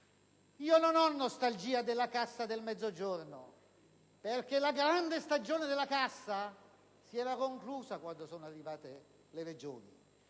Io non ho nostalgia della Cassa per il Mezzogiorno, perché la grande stagione della Cassa si è conclusa quando sono arrivate le Regioni.